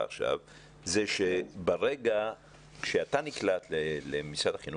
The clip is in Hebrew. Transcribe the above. עד תשפ"ב כל התלמידים נמצאים כבר עם מורים,